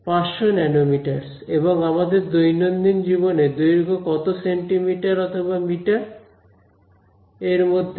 500 nanometres এবং আমাদের দৈনন্দিন জিনিসপত্রের দৈর্ঘ্য কত সেন্টিমিটার অথবা মিটার এরমধ্যে